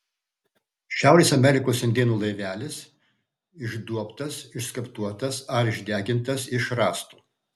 šiaurės amerikos indėnų laivelis išduobtas išskaptuotas ar išdegintas iš rąsto